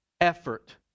effort